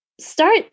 start